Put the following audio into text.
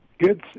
Good